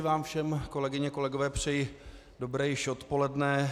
Vám všem, kolegyně, kolegové, přeji dobré již odpoledne.